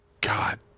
God